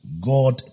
God